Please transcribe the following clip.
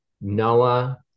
Noah